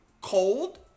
Cold